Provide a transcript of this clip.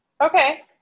okay